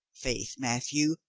faith, matthieu,